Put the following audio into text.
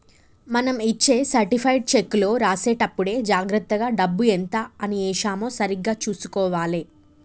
మనం ఇచ్చే సర్టిఫైడ్ చెక్కులో రాసేటప్పుడే జాగర్తగా డబ్బు ఎంత అని ఏశామో సరిగ్గా చుసుకోవాలే